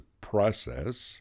process